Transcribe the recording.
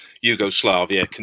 Yugoslavia